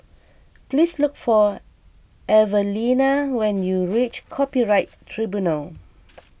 please look for Evelena when you reach Copyright Tribunal